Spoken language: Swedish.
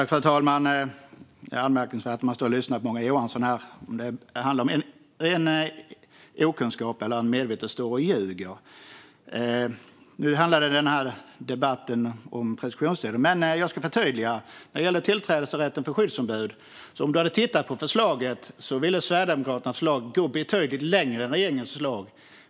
Fru talman! Det är anmärkningsvärt när man står och lyssnar på vad Morgan Johansson säger här. Det handlar om ren okunskap eller att han medvetet står och ljuger. Den här debatten handlade om preskriptionstiden, men jag ska förtydliga. När det gäller tillträdesrätten för skyddsombud hade du, om du hade tittat på förslaget, sett att Sverigedemokraternas förslag ville gå betydligt längre än regeringens förslag.